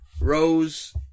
Rose